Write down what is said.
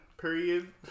period